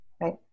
Right